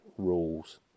rules